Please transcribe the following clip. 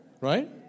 Right